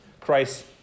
Christ